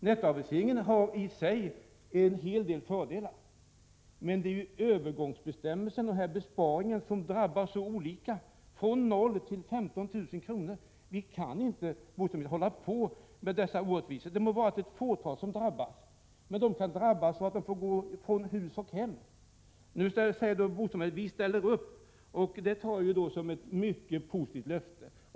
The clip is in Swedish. Nettoaviseringen har i sig en hel del fördelar, men övergångsbestämmelserna och besparingen drabbar människor så olika — det rör sig om belopp från 0 till 15 000 kr. Vi kan inte, bostadsministern, fortsätta att låta sådana orättvisor ske. Låt vara att det är ett fåtal som drabbas, men de kan drabbas så att de får gå från hus och hem. Bostadsministern säger nu att regeringen kommer att ställa upp för dem, och det ser jag som ett mycket positivt löfte.